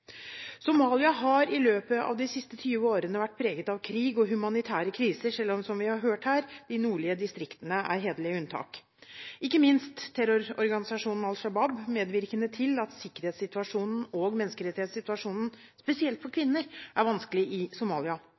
Somalia har i løpet av de siste 20 årene vært preget av krig og humanitære kriser, selv om – som vi har hørt her – de nordlige distriktene er hederlige unntak. Ikke minst er terrororganisasjonen Al Shabaab medvirkende til at sikkerhetssituasjonen og menneskerettighetssituasjonen, spesielt for kvinner, er vanskelig i Somalia.